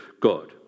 God